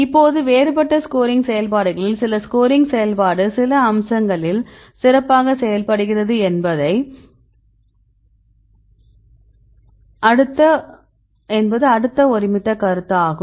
இப்போது வேறுபட்ட ஸ்கோரிங் செயல்பாடுகளில் சில ஸ்கோரிங் செயல்பாடு சில அம்சங்களில் சிறப்பாக செயல்படுகிறது என்பது அடுத்த ஒருமித்த கருத்து ஆகும்